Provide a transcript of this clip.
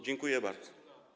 Dziękuję bardzo.